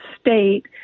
state